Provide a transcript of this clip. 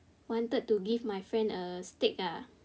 wanted to give my friend a steak ah